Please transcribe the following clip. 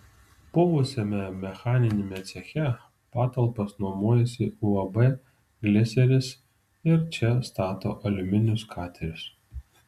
buvusiame mechaniniame ceche patalpas nuomojasi uab gliseris ir čia stato aliumininius katerius